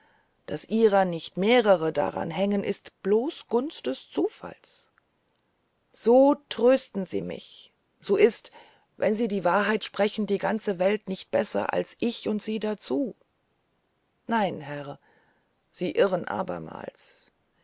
daß ihrer nicht mehrere daran hängen ist bloß gunst des zufalls so tröste ich mich so ist wenn sie die wahrheit sprechen die ganze welt nicht besser als ich und sie dazu nein herr sie irren abermals